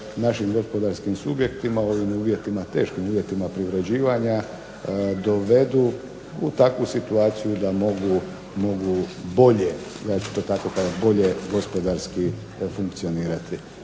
našim gospodarskim subjektima u ovim uvjetima, teškim uvjetima privređivanja dovedu u takvu situaciju da mogu bolje. Ja to tako kažem bolje gospodarski funkcionirati.